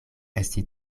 esti